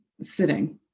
sitting